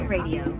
Radio